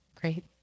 Great